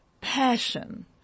passion